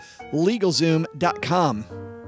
LegalZoom.com